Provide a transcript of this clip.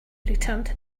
returned